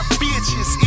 bitches